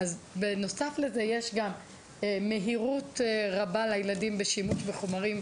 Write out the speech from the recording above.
בנוסף לזה יש גם מהירות רבה לילדים בשימוש בחומרים.